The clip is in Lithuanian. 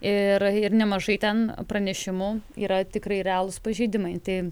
ir nemažai ten pranešimų yra tikrai realūs pažeidimai tai